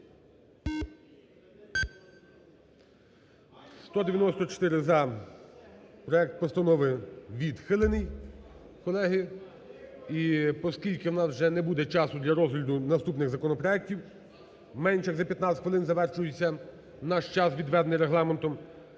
За-194 Проект постанови відхилений. Колеги, і оскільки у нас вже не буде часу для розгляду наступних законопроектів, менше як за 15 хвилин завершується наш час, відведений Регламентом,